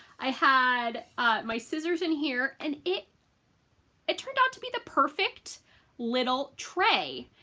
i had my scissors in here, and it it turned out to be the perfect little tray.